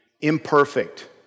imperfect